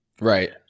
Right